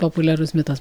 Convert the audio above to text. populiarus mitas